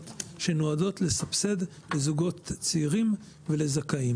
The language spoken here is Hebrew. שנועדות לסבסד זוגות צעירים ולזכאים,